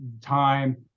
time